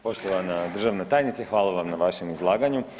Poštovana državna tajnice hvala vam na vašem izlaganju.